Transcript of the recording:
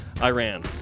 Iran